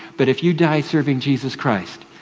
but if you die serving jesus christ,